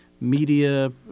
media